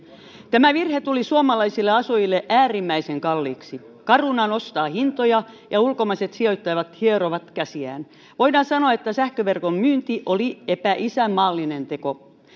tämä virhe tuli suomalaisille asujille äärimmäisen kalliiksi caruna nostaa hintoja ja ulkomaiset sijoittajat hierovat käsiään voidaan sanoa että sähköverkon myynti oli epäisänmaallinen teko